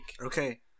Okay